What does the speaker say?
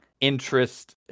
interest